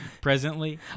presently